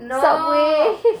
no